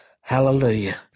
Hallelujah